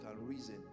reason